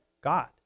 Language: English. God